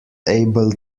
able